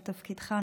על תפקידך.